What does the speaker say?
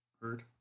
Heard